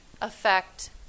affect